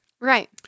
Right